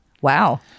Wow